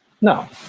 No